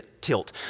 tilt